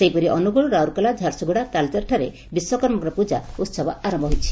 ସେହିପରି ଅନୁଗୋଳ ରାଉରକେଲା ଝାରସୁଗୁଡ଼ା ତାଳଚେରଠାରେ ବିଶ୍ୱକର୍ମାଙ୍କର ପ୍ରକା ଉହବ ଆରମ୍ଭ ହୋଇଛି